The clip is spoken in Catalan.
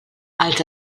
els